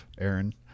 aaron